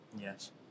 Yes